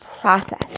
process